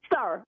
Sir